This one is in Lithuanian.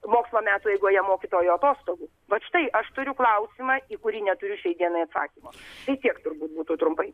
mokslo metų eigoje mokytojo atostogų vat štai aš turiu klausimą į kurį neturiu šiai dienai atsakymo tai tiek turbūt būtų trumpai